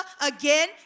again